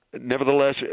Nevertheless